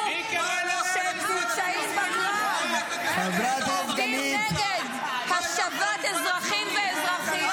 כשהם נמצאים בקרב ------- עובדים נגד השבת אזרחים ואזרחיות.